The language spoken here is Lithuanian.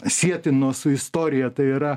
sietinos su istorija tai yra